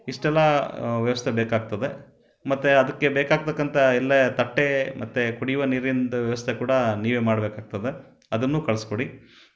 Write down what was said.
ಇಷ್ಟೆಲ್ಲ ವ್ಯವಸ್ಥೆ ಬೇಕಾಗ್ತದೆ ಮತ್ತು ಅದಕ್ಕೆ ಬೇಕಾಗತಕ್ಕಂಥ ಎಲ್ಲ ತಟ್ಟೆ ಮತ್ತು ಕುಡಿಯುವ ನೀರಿಂದು ವ್ಯವಸ್ಥೆ ಕೂಡ ನೀವೇ ಮಾಡಬೇಕಾಗ್ತದೆ ಅದನ್ನೂ ಕಳ್ಸಿಕೊಡಿ